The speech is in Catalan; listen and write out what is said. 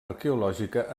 arqueològica